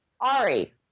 Ari